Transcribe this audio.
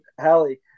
Hallie